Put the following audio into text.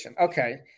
Okay